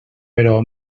però